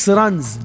runs